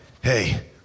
Hey